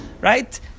right